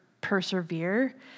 persevere